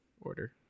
order